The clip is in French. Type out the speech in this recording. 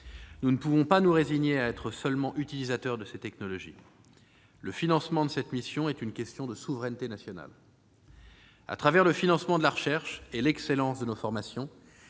Nous ne pouvons pas nous résigner à être seulement utilisateurs de ces technologies. Le financement de cette mission est une question de souveraineté nationale. À travers le financement de la recherche et l'excellence de nos formations,